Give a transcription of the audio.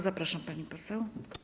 Zapraszam, pani poseł.